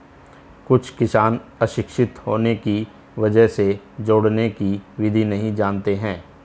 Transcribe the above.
कुछ किसान अशिक्षित होने की वजह से जोड़ने की विधि नहीं जानते हैं